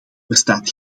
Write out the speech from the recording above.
bestaat